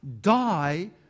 die